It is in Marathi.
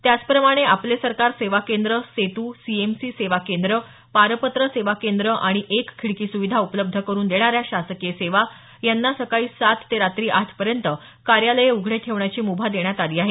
त्याचप्रमाणे आपले सरकार सेवा केंद्र सेतू सीएससी सेवा केंद्र पारपत्र सेवा केंद्र आणि एक खिडकी सुविधा उपलब्ध करून देणाऱ्या शासकीय सेवा यांना सकाळी सात ते रात्री आठ पर्यंत कार्यालये उघडे ठेवण्याची मुभा देण्यात आली आहे